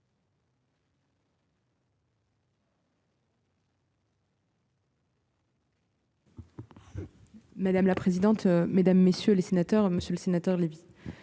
Madame la présidente, mesdames, messieurs les sénateurs, Monsieur le Sénateur, Libye,